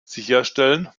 sicherstellen